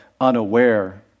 unaware